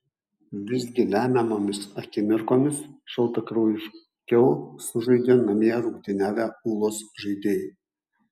visgi lemiamomis akimirkomis šaltakraujiškiau sužaidė namie rungtyniavę ūlos žaidėjai